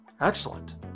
Excellent